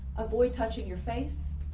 avoid touching your face.